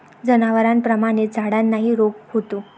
जनावरांप्रमाणेच झाडांनाही रोग होतो